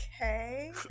Okay